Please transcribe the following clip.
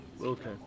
Okay